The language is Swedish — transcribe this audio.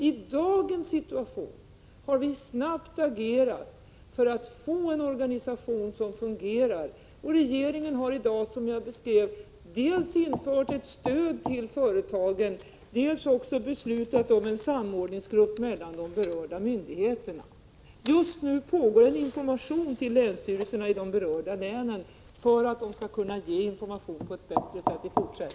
I dagens situation har vi snabbt agerat för att få en organisation som fungerar. Regeringen har i dag, som jag beskrev, dels infört ett stöd till företagen, dels också beslutat om en samordningsgrupp mellan de berörda myndigheterna. Just nu ges information till länsstyrelserna i de berörda länen för att de i fortsättningen skall kunna lämna information på ett bättre sätt.